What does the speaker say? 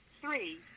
three